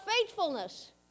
faithfulness